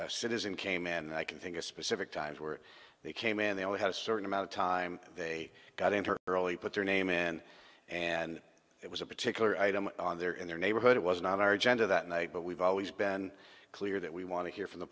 a citizen came in and i can think of specific times where they came in they only had a certain amount of time they got in her early put their name in and it was a particular item on there in their neighborhood it wasn't on our agenda that night but we've always been clear that we want to hear from the